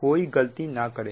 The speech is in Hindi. कोई गलती ना करें